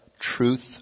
truth